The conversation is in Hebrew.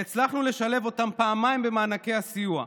והצלחנו לשלב אותם פעמיים במענקי הסיוע,